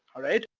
alright?